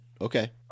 okay